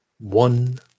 One